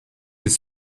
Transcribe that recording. des